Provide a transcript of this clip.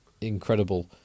Incredible